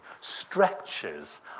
stretches